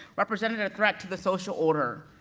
represented a threat to the social order,